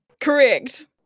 Correct